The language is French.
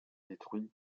détruits